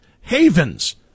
havens